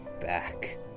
back